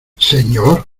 señor